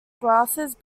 grasses